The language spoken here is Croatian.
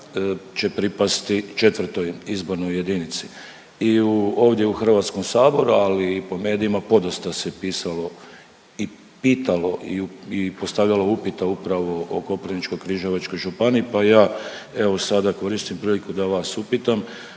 će pripasti IV. izbornoj jedinici. I ovdje u Hrvatskom saboru, ali i po medijima podosta se pisalo i pitalo i postavljalo upita upravo o Koprivničko-križevačkoj županiji pa ja evo sada koristim priliku da vas upitam